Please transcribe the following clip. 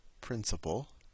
principal